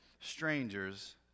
strangers